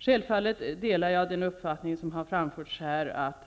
Självfallet delar jag uppfattningen att